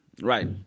Right